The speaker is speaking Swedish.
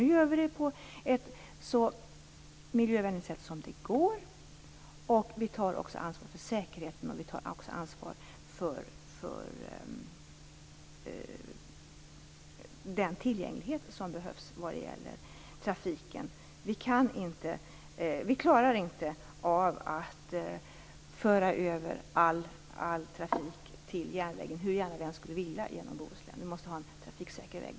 Vi gör det på ett så miljövänligt sätt som är möjligt, och vi tar också ansvar för säkerheten och för den tillgänglighet som behövs för trafiken. Vi klarar inte av att föra över all trafik genom Bohuslän till järnvägen, hur gärna vi än skulle vilja. Vi måste också där ha en trafiksäker väg.